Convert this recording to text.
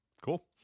Cool